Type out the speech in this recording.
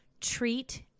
treat